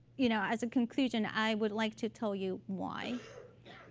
you know as a conclusion, i would like to tell you why.